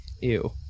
Ew